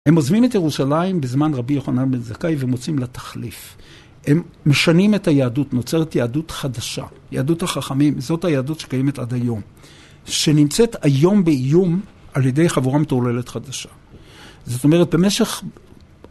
הם עוזבים את ירושלים בזמן רבי יוחנן בן זכאי ומוצאים לה תחליף. הם משנים את היהדות, נוצרת יהדות חדשה. יהדות החכמים, זאת היהדות שקיימת עד היום. שנמצאת היום באיום על ידי חבורה מטורללת חדשה. זאת אומרת, במשך...